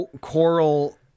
Coral